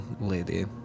lady